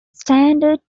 standard